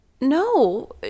No